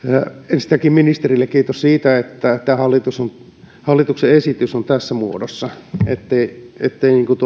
ensistäänkin ministerille kiitos siitä että tämä hallituksen esitys on tässä muodossa ja ettei